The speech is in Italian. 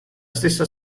stessa